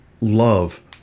love